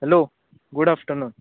hello good afternoon